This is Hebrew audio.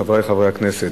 חברי חברי הכנסת,